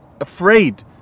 afraid